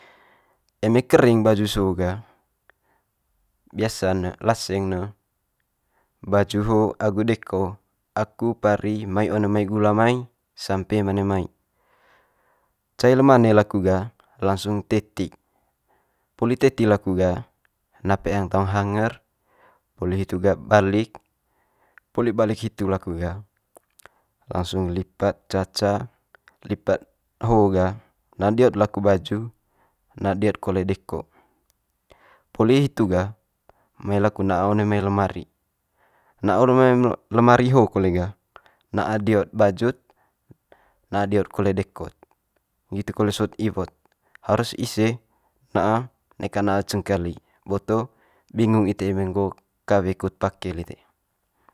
Eme kering baju so'o ga biasa'n ne laseng ne baju ho agu deko aku pari mai one mai gula mai sampe mane mai. Cai le mane laku ga langsung teti. Poli teti laku ga na peang taung hanger, poli hitu ga balik, poli balik hitu laku ga langsung lipat ca ca, lipat ho ga na dio'd laku baju, na dio'd kole deko. Poli hitu gah mai laku na'a one mai lemari. Na lemari ho kole ga na'a dio'd baju'd na'a dio'd kole deko'd, nggitu kole sot iwo't harus ise na'a neka na'a cengkali boto bingung ite eme nggo'o kawe kut pake lite.